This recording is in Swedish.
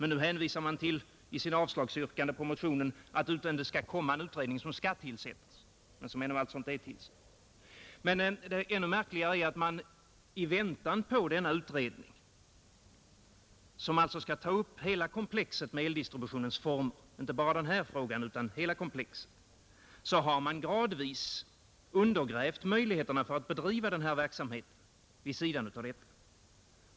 Nu hänvisar man i sitt yrkande om avslag på motionen till att en utredning skall tillsättas, men den är alltså ännu inte tillsatt. Ännu märkligare är att man i väntan på denna utredning, som skall ta upp hela komplexet med eldistributionen — således inte bara den här frågan, utan hela komplexet — har gradvis undergrävt möjligheterna för att vid sidan härav bedriva verksamhet för landsbygdens elektrifiering.